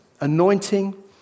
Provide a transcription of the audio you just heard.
anointing